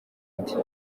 ati